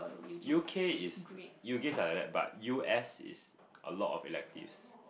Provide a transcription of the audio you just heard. U_K is U_K is like that but U_S is a lot of electives